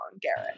Garrett